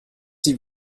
sie